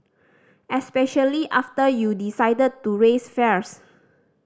especially after you decided to raise fares